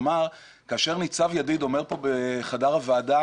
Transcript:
כלומר כאשר ניצב ידיד אומר פה בחדר הוועדה